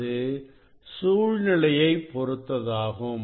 அது சூழ்நிலையை பொருத்ததாகும்